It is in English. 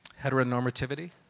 Heteronormativity